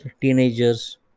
teenager's